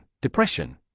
depression